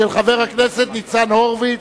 של חבר הכנסת ניצן הורוביץ.